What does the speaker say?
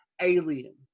alien